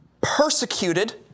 persecuted